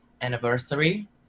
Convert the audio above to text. anniversary